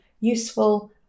useful